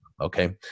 Okay